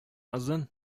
озын